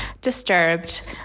disturbed